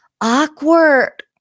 awkward